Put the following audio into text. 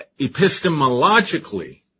Epistemologically